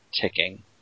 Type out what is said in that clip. ticking